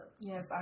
yes